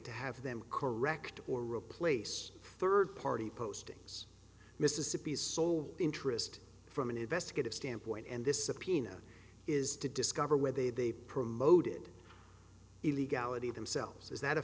to have them correct or replace third party postings mississippi's sole interest from an investigative standpoint and this subpoena is to discover whether they promoted illegality themselves is that a